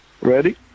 Ready